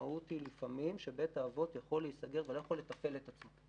המשמעות היא לפעמים שבית האבות יכול להיסגר ולא יכול לתפעל את עצמו.